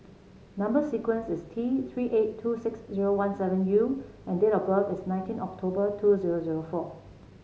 number sequence is T Three eight two six zero one seven U and date of birth is nineteen October two zero zero four